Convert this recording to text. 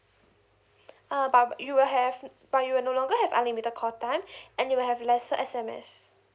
how about you will have but you are no longer have unlimited call time and you have have lesser S_M_S